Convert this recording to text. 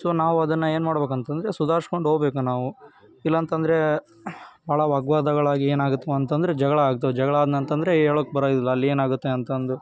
so ನಾವು ಅದನ್ನು ಏನು ಮಾಡಬೇಕು ಅಂತ ಅಂದ್ರೆ ಸುಧಾರ್ಸ್ಕೊಂಡು ಹೋಗ್ಬೇಕು ನಾವು ಇಲ್ಲ ಅಂತಂದ್ರೆ ಭಾಳ ವಾಗ್ವಾದಗಳಾಗಿ ಏನಾಗುತ್ತಪ್ಪ ಅಂತ ಅಂದ್ರೆ ಜಗಳ ಆಗ್ತಾವೆ ಜಗಳ ಆದ್ನಂತಂದ್ರೆ ಹೇಳೋಕೆ ಬರೋದಿಲ್ಲ ಅಲ್ಲಿ ಏನಾಗುತ್ತೆ ಅಂತ ಅಂದು